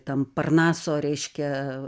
tam parnaso reiškia